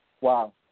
wow